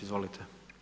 Izvolite.